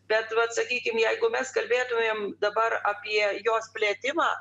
bet vat sakykim jeigu mes kalbėtumėm dabar apie jos plėtimą